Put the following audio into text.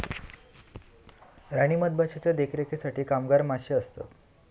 राणी मधमाशीच्या देखरेखीसाठी कामगार मधमाशे असतत